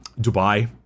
dubai